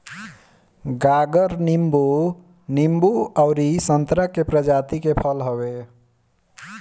गागर नींबू, नींबू अउरी संतरा के प्रजाति के फल हवे